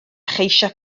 cheisio